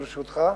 ברשותך.